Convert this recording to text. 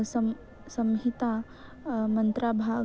सम् संहिता मन्त्राभागः